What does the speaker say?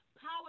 Power